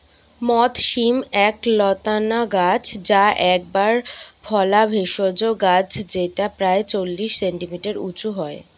মথ শিম এক লতানা গাছ যা একবার ফলা ভেষজ গাছ যেটা প্রায় চল্লিশ সেন্টিমিটার উঁচু হয়